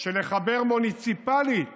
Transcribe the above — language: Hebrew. לחבר מוניציפלית